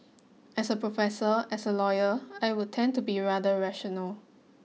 as a professor as a lawyer I would tend to be rather rational